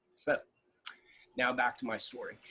so now back to my story.